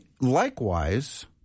Likewise